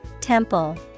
Temple